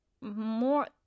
more